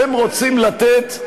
אתם רוצים לתת,